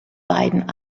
beiden